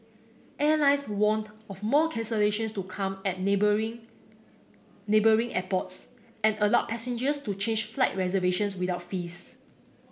airlines warned of more cancellations to come at neighbouring neighbouring airports and allowed passengers to change flight reservations without fees